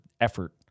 effort